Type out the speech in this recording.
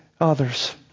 others